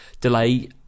delay